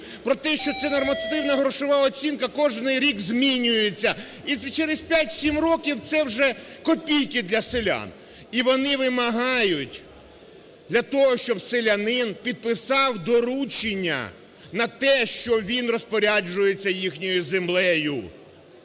про те, що ця нормативно-грошова оцінка кожен рік змінюється, і через 5-7 років це вже копійки для селян. І вони вимагають для того, щоб селянин підписав доручення на те, що він розпоряджається їхньою землею.